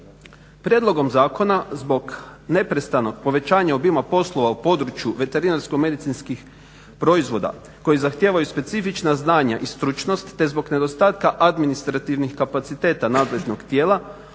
Prijedlogom zakona zbog neprestanog povećanja obima poslova u području veterinarsko-medicinskih proizvoda koji zahtijevaju specifična znanja i stručnost te zbog nedostatka administrativnih kapaciteta nadležnog tijela